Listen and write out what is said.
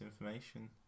information